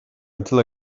until